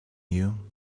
you